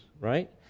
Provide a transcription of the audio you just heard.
right